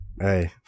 Hey